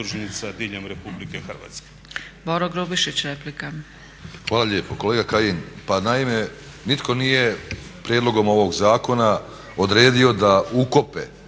Hvala lijepo. Kolega Kajin,